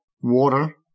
Water